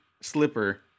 slipper